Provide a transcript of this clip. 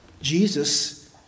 Jesus